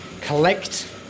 collect